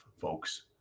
folks